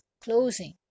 closing